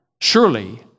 Surely